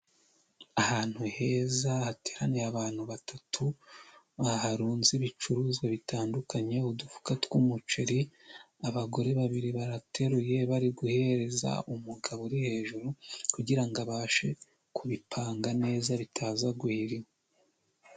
Ahantu heza hateraniye abantu batatu, baharunze ibicuruzwa bitandukanye, udufuka tw'umuceri, abagore babiri barateruye bari guhereza umugabo uri hejuru kugira ngo abashe kubipanga neza bitaza guhirima.